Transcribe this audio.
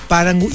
Parang